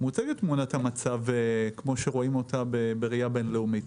מוצגת תמונת המצב כמו שרואים אותה בראייה בינלאומית.